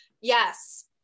Yes